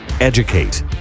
educate